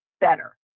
better